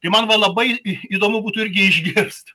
ir man dabar labai į įdomu būtų irgi išgirst